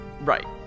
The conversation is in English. Right